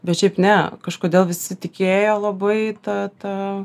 bet šiaip ne kažkodėl visi tikėjo labai ta ta